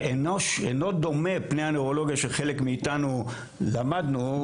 אינו דומה פני הנוירולוגיה שחלק מאיתנו למדנו,